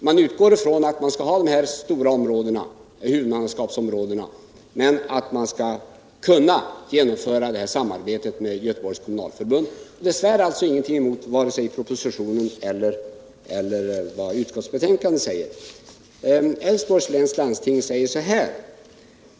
Man utgår ifrån att man skall ha dessa stora huvudmannaskapsområden men att man skall kunna genomföra samarbetet med Göteborgsregionens kommunalförbund. Det svär alltså inte mot vad som står vare sig i propositionen eller i utskottsbetänkandet.